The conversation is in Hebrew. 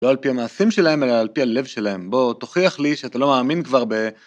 לא על פי המעשים שלהם אלא על פי הלב שלהם, בוא תוכיח לי שאתה לא מאמין כבר.